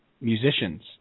musicians